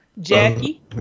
Jackie